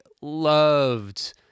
loved